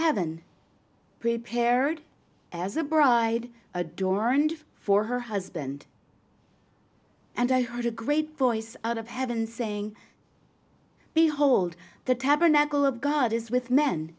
heaven prepared as a bride adorned for her husband and i heard a great voice out of heaven saying behold the tabernacle of god is with men